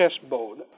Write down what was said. chessboard